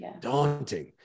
daunting